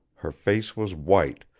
her face was white,